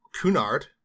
Cunard